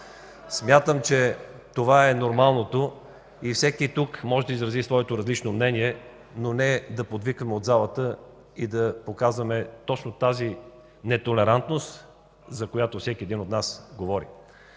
Смятам, че това е нормалното и всеки тук може да изрази своето различно мнение, а не да подвикваме от залата и да показваме точно тази нетолерантност, за която всеки един от нас говори.